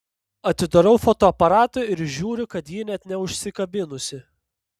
atidarau fotoaparatą ir žiūriu kad ji net neužsikabinusi